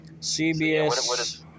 CBS